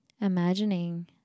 Imagining